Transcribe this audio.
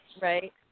Right